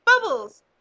Bubbles